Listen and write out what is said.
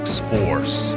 X-Force